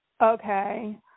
Okay